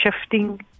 shifting